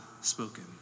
spoken